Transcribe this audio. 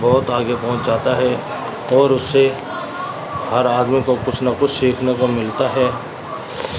بہت آگے پہنچ جاتا ہے اور اس سے ہر آدمی کو کچھ نہ کچھ سیکھنے کو ملتا ہے